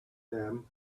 them